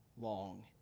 long